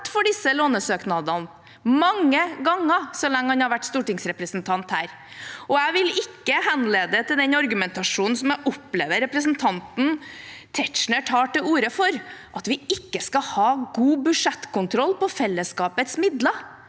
for disse lånesøknadene mange ganger, så lenge han har vært stortingsrepresentant. Jeg vil ikke henvise til den argumentasjonen som jeg opplever representanten Tetzschner tar til orde for – at vi ikke skal ha god budsjettkontroll på fellesskapets midler.